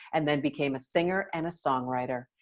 and then became a singer and a songwriter.